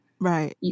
Right